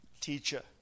teacher